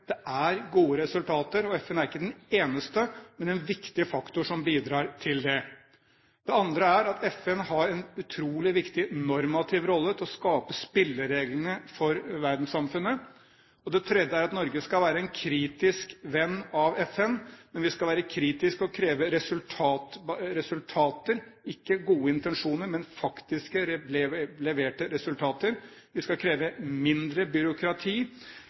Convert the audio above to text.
Det er gode resultater, og FN er ikke den eneste, men en viktig faktor som bidrar til det. Det andre er at FN har en utrolig viktig normativ rolle når det gjelder å skape spillereglene for verdenssamfunnet, og det tredje er at Norge skal være en kritisk venn av FN – vi skal være kritiske og kreve resultater, ikke gode intensjoner, men faktiske, leverte resultater. Vi skal kreve mindre byråkrati,